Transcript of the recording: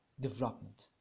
development